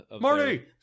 Marty